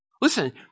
Listen